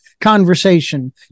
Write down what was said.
conversation